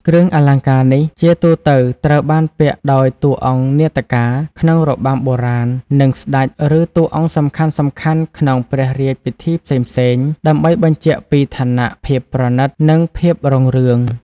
គ្រឿងអលង្ការនេះ ជាទូទៅត្រូវបានពាក់ដោយ តួអង្គនាដកា ក្នុងរបាំបុរាណ និង ស្តេច ឬតួអង្គសំខាន់ៗក្នុងព្រះរាជពិធីផ្សេងៗ ដើម្បីបញ្ជាក់ពីឋានៈ ភាពប្រណីត និងភាពរុងរឿង។